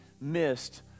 missed